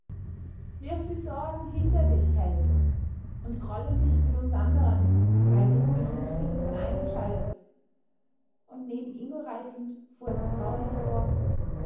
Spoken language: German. wirf die sorgen hinter dich held und grolle nicht mit uns anderen weil du in unfrieden von einem scheidest und neben ingo reitend fuhr er vertraulicher fort